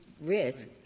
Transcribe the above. risk